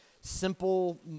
simple